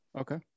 Okay